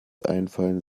einfallen